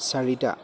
চাৰিটা